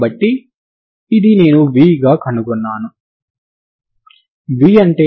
కాబట్టి 12 ∞ut2dx ని మీరు కలిగి ఉంటారు